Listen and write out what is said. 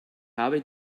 habe